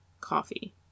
coffee